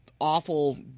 awful